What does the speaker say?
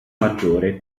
maggiore